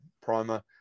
primer